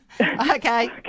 Okay